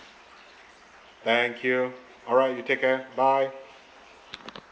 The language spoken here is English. thank you all right you take care bye